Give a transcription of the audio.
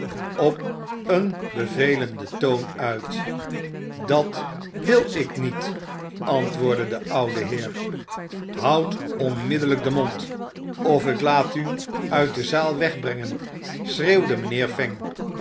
op een bevelenden toon uit dat wil ik niet antwoordde de oude heer houd oogenbiikkelijk den mond of ik laat u uit de zaal wegbrengen schreeuwde mijnheer